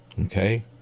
Okay